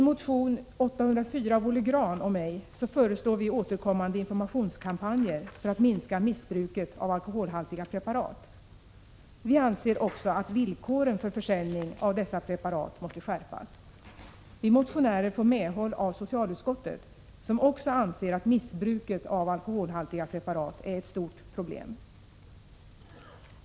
I motion 804 av Olle Grahn och mig föreslår vi återkommande informationskampanjer för att minska missbruket av alkoholhaltiga preparat. Vi anser också att villkoren för försäljning av dessa preparat måste skärpas. Vi motionärer får medhåll av socialutskottet, som också anser att missbruket av alkoholhaltiga preparat är ett stort problem.